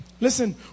Listen